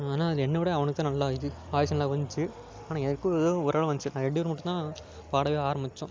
ஆனால் அதில் என்னை விட அவனுக்குத் தான் நல்லா இது வாய்ஸ் நல்லா வந்துச்சு ஆனால் எனக்கு ஏதோ ஓரளவு வந்துச்சு நாங்கள் ரெண்டு பேரும் மட்டுந்தான் பாடவே ஆரம்பித்தோம்